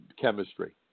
chemistry